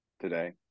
Today